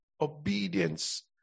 obedience